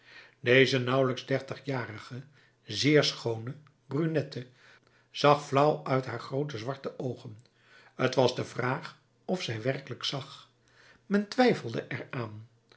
deze nauwelijks dertigjarige zeer schoone brunette zag flauw uit haar groote zwarte oogen t was de vraag of zij werkelijk zag men twijfelde er